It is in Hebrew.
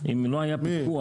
אם לא היה פיקוח,